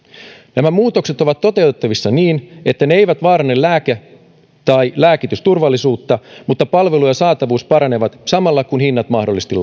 nämä muutokset ovat toteutettavissa niin että ne eivät vaaranna lääke tai lääkitysturvallisuutta mutta palvelu ja saatavuus paranevat samalla kun hinnat mahdollisesti